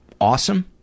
Awesome